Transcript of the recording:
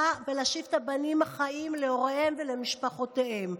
ולהשיב את הבנים החיים להוריהם ולמשפחותיהם.